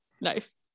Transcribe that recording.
Nice